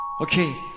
Okay